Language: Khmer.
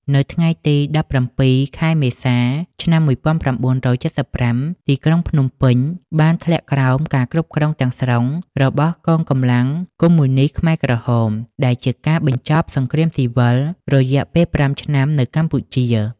នៅថ្ងៃទី ១៧ ខែមេសា ឆ្នាំ ១៩៧៥ ទីក្រុងភ្នំពេញបានធ្លាក់ក្រោមការគ្រប់គ្រងទាំងស្រុងរបស់កងកម្លាំងកុម្មុយនីស្តខ្មែរក្រហម ដែលជាការបញ្ចប់សង្គ្រាមស៊ីវិលរយៈពេល ៥ ឆ្នាំនៅកម្ពុជា។